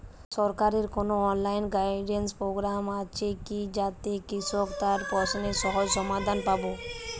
সরকারের কোনো online guidance programme আছে কি যাতে কৃষক তার প্রশ্নের সহজ সমাধান পাবে?